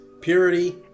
purity